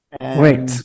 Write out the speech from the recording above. Wait